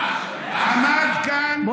אני מתגעגעת לאילת, איפה אילת?